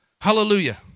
Hallelujah